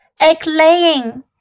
Egg-laying